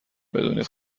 بدونید